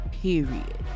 Period